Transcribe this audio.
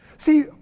See